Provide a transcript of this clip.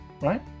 right